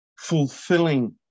fulfilling